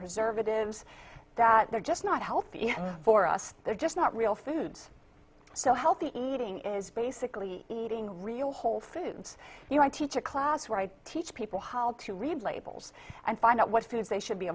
preservatives that they're just not healthy for us they're just not real foods so healthy eating is basically eating real whole foods you know i teach a class where i teach people how to read labels and find out what foods they should be